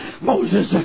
Moses